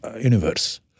universe